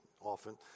often